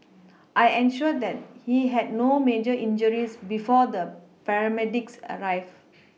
I ensured that he had no major injuries before the paramedics arrived